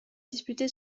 disputé